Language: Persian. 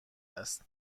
است